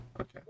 okay